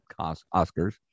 Oscars